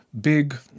big